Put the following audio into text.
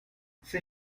ces